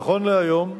נכון להיום,